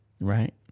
right